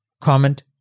comment